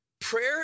Prayer